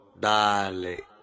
dale